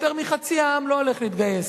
יותר מחצי העם לא הולך להתגייס,